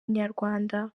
inyarwanda